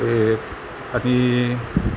ते आणि